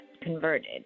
converted